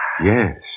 Yes